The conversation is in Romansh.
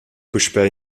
puspei